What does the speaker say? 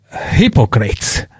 hypocrites